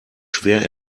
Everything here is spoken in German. schwer